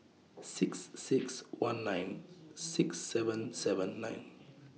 six six one nine six seven seven nine